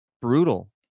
brutal